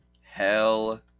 Hell